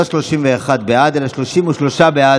לא 31 בעד, 33 בעד.